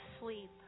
sleep